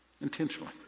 Intentionally